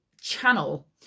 channel